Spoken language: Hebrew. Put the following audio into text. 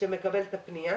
שמקבל את הפנייה